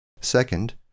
Second